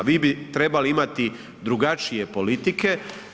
Vi bi trebali imati drugačije politike.